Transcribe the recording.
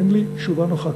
אין לי תשובה נוחה,